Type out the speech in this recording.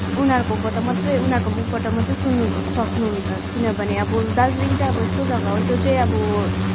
उनीहरूकोबाट मात्रै उनीहरूको मुखबाट मात्रै सुन्नु सक्नुहुन्छ किनभने अब दार्जिलिङ चाहिँ अब यस्तो जग्गा हो जो चाहिँ अब